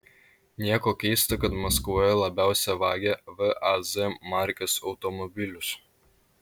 nieko keista kad maskvoje labiausiai vagia vaz markės automobilius